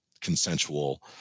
consensual